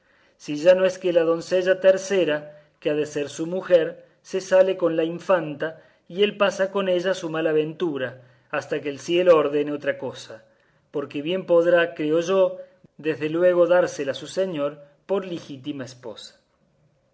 si ya no es que la doncella tercera que ha de ser su mujer se sale con la infanta y él pasa con ella su mala ventura hasta que el cielo ordene otra cosa porque bien podrá creo yo desde luego dársela su señor por ligítima esposa